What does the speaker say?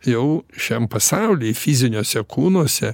jau šiam pasauly fiziniuose kūnuose